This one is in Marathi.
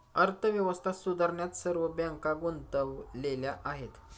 अर्थव्यवस्था सुधारण्यात सर्व बँका गुंतलेल्या आहेत